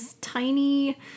tiny